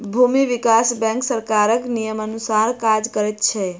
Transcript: भूमि विकास बैंक सरकारक नियमानुसार काज करैत छै